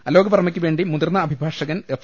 അലോക് വർമ്മയ്ക്ക് വേണ്ടി മുതിർന്ന അഭിഭാഷകൻ എഫ്